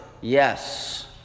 Yes